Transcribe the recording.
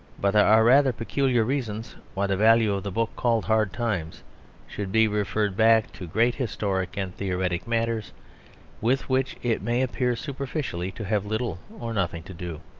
but there are rather particular reasons why the value of the book called hard times should be referred back to great historic and theoretic matters with which it may appear superficially to have little or nothing to do.